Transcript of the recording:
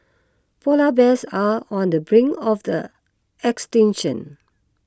Polar Bears are on the brink of the extinction